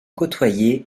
côtoyé